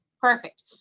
Perfect